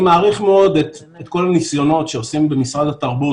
אני מעריך מאוד את כל הניסיונות שעושים במשרד התרבות,